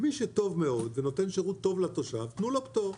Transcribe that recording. מי שטוב מאוד ונותן שירות טוב לתושב תנו לו פטור.